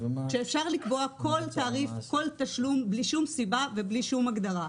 כשאפשר לקבוע כל תשלום בלי שום סיבה ובלי שום הגדרה.